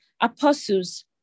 Apostles